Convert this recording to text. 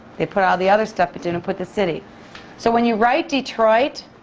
they put all the other stuff but didn't put the city. so when you write detroit,